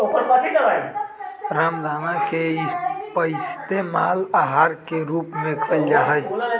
रामदाना के पइस्तेमाल आहार के रूप में कइल जाहई